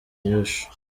inyishu